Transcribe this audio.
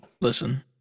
Listen